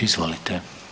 Izvolite.